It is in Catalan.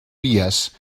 vies